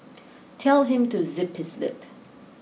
tell him to zip his lip